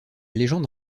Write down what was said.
légende